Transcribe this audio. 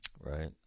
Right